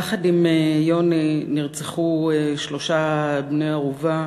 יחד עם יוני נרצחו שלושה בני ערובה: